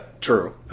True